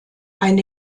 eine